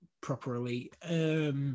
properly